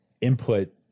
input